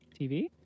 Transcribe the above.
TV